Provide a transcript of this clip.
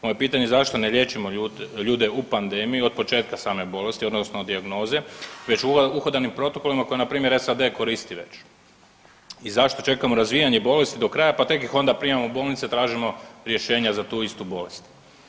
Moje pitanje je zašto ne liječimo ljude u pandemiji od početka same bolesti odnosno dijagnoze već uhodanim protokolima koje npr. SAD koristi već i zašto čekamo razvijanje bolesti do kraja pa tek ih onda primamo u bolnice, tražimo rješenja za tu istu bolest?